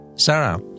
Sarah